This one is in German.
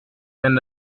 wenn